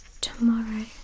tomorrow